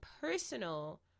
personal